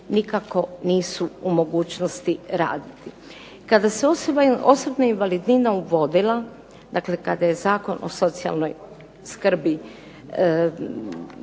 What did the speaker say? nikako nisu u mogućnosti raditi. Kada se osobna invalidnina uvodila, dakle kada je Zakon o socijalnoj skrbi